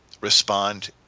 respond